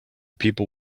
people